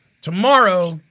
Tomorrow